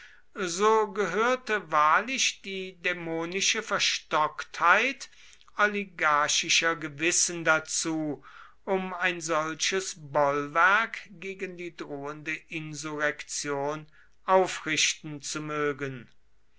so gehörte wahrlich die dämonische verstocktheit oligarchischer gewissen dazu um ein solches bollwerk gegen die drohende insurrektion aufrichten zu mögen